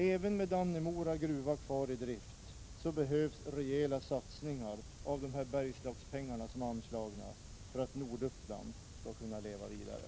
Även med Dannemora gruva kvar i drift behövs rejäla satsningar av de Bergslagspengar som har anslagits för att Norduppland skall kunna leva vidare.